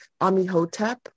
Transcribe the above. Amihotep